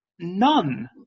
None